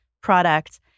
product